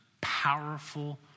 powerful